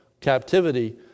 captivity